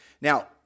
Now